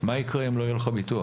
מה יקרה אם לא יהיה לך ביטוח?